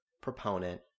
proponent